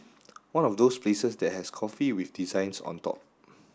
one of those places that has coffee with designs on dog